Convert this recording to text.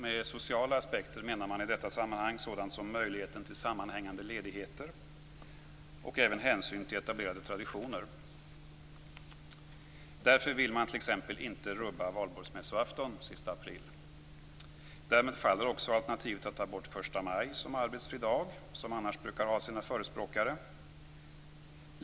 Med sociala aspekter menar man i detta sammanhang sådant som möjligheten till sammanhängande ledigheter och även hänsynen till etablerade traditioner. Därför vill man t.ex. inte rubba valborgsmässoafton den 30 april. Därmed faller också alternativet att ta bort första maj som arbetsfri dag, vilket annars brukar ha sina förespråkare.